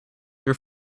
your